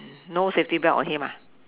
no safety belt on him ah